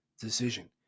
decision